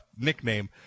nickname